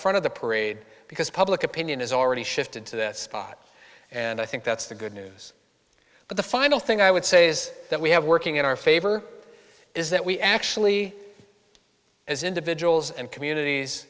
front of the parade because public opinion is already shifted to this spot and i think that's the good news but the final thing i would say is that we have working in our favor is that we actually as individuals and communities